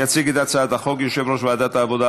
יציג את הצעת החוק יושב-ראש ועדת העבודה,